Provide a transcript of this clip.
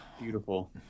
Beautiful